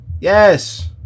Yes